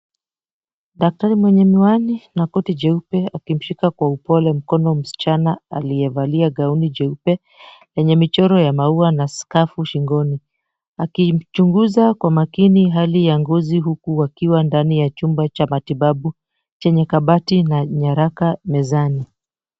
Daktari mwenye miwani na koti jeupe akimshika kwa upole mkono msichana aliyevalia gauni jeupe lenye michoro ya maua na skafu shingoni. Akimchunguza kwa makini hali ya ngozi, huku wakiwa ndani ya chumba cha matibabu chenye kabati na nyaraka mezani.